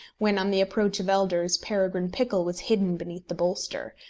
when, on the approach of elders, peregrine pickle was hidden beneath the bolster,